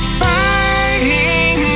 fighting